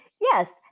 Yes